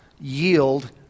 yield